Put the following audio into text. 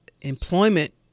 employment